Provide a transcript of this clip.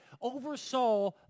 oversaw